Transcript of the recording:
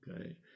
Okay